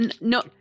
No